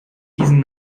diesen